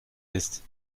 ist